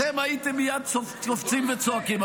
אתם הייתם מייד קופצים וצועקים.